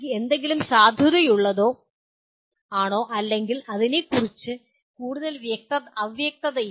എന്തെങ്കിലും സാധുതയുള്ളതാണോ അല്ലയോ എന്നതിനെക്കുറിച്ച് കൂടുതൽ അവ്യക്തതയില്ല